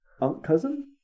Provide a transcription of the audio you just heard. unc-cousin